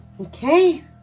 Okay